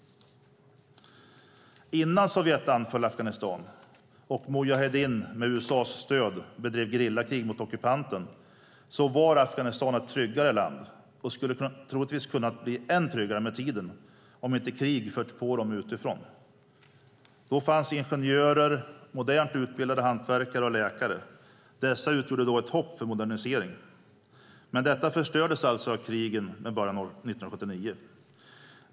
Innan Sovjet anföll Afghanistan och Mujaheddin med USA:s stöd bedrev gerillakrig mot ockupanten var Afghanistan ett tryggare land och skulle troligtvis ha kunnat bli än tryggare med tiden om inte krig hade förts på landet utifrån. Då fanns ingenjörer, modernt utbildade hantverkare och läkare. Dessa utgjorde ett hopp för modernisering. Men detta förstördes alltså av krigen med början år 1979.